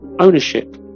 ownership